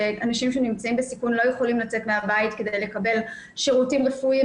שאנשים שנמצאים בסיכון לא יכולים לצאת מהבית כדי לקבל שירותים רפואיים,